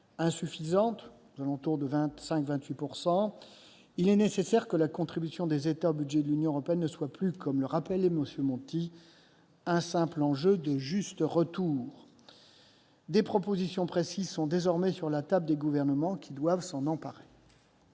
insuffisantes, autour de 25 % à 28 %. Il est nécessaire que la contribution des États au budget de l'Union européenne ne soit plus, comme le rappelait M. Monti, un simple enjeu de « juste retour ». Des propositions précises sont désormais sur la table des gouvernements, qui doivent s'en emparer.